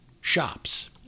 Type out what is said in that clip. shops